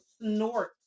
snort